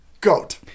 Goat